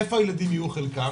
איפה הילדים יהיו חלקם?